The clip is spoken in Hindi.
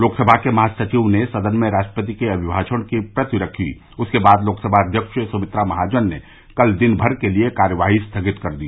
लोकसभा के महासचिव ने सदन में राष्ट्रपति के अभिभाषण की प्रति रखी उसके बाद लोकसभा अध्यक्ष सुमित्रा महाजन ने कल दिनभर के लिए कार्यवाही स्थगित कर दी